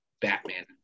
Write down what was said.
Batman